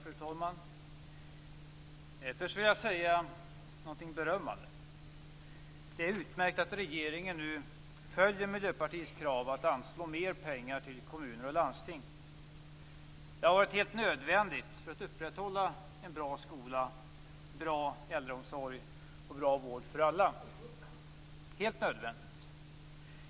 Fru talman! Först vill jag säga någonting berömmande. Det är utmärkt att regeringen nu följer Miljöpartiets krav på att anslå mer pengar till kommuner och landsting. Det är helt nödvändigt för att upprätthålla en bra skola, en bra äldreomsorg och en bra vård för alla - helt nödvändigt.